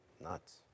Nuts